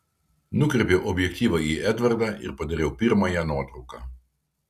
nukreipiau objektyvą į edvardą ir padariau pirmąją nuotrauką